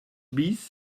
bis